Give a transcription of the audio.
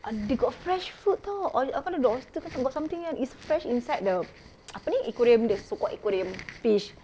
ad~ they got fresh food tahu oys~ apa tu the oyster ke got something kan it's fresh inside the apa ni aquarium the so called aquarium fish